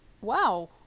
Wow